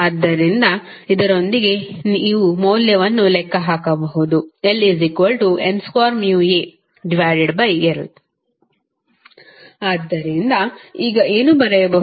ಆದ್ದರಿಂದ ಇದರೊಂದಿಗೆ ನೀವು ಮೌಲ್ಯವನ್ನು ಲೆಕ್ಕ ಹಾಕಬಹುದು LN2μAl ಆದ್ದರಿಂದ ಈಗ ಏನು ಬರೆಯಬಹುದು